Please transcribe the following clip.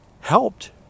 helped